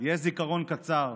יש זיכרון קצר,